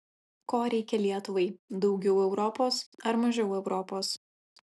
ko reikia lietuvai daugiau europos ar mažiau europos